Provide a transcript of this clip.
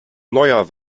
neuer